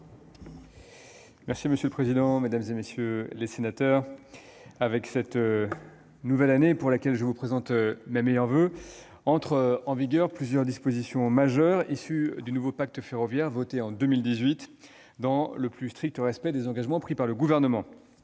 Monsieur le président, mesdames, messieurs les sénateurs, avec cette nouvelle année, pour laquelle je vous présente mes meilleurs voeux, entrent en vigueur plusieurs dispositions majeures issues du nouveau pacte ferroviaire voté en 2018, dans le plus strict respect des engagements pris par le Gouvernement.